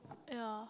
yeah